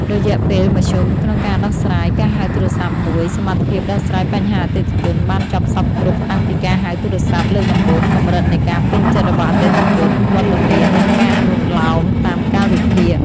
រយៈពេលមធ្យមក្នុងការដោះស្រាយការហៅទូរស័ព្ទមួយ សមត្ថភាពដោះស្រាយបញ្ហាអតិថិជនបានចប់សព្វគ្រប់តាំងពីការហៅទូរស័ព្ទលើកដំបូង កម្រិតនៃការពេញចិត្តរបស់អតិថិជន វត្តមាន និងការអនុលោមតាមកាលវិភាគ។